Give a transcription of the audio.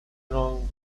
wrong